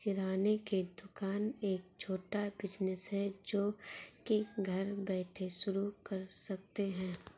किराने की दुकान एक छोटा बिज़नेस है जो की घर बैठे शुरू कर सकते है